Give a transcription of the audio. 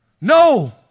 No